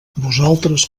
vosaltres